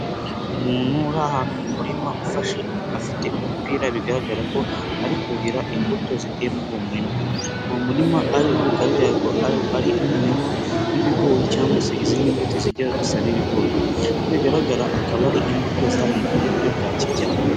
Umuntu uri ahantu mu murima ufashe afite umupira bigaragara ko ari kuhira imbuto ziteye muri uwo murima. Uwo murima arimo bikaba bigaragara ko ari nk'umurima w'ibigori cyangwag se izindi mbuto zijya gusa n'ibigori. Uko bigaragara akaba ari imbuto zahinzwe mu buryo bwa kijyambere.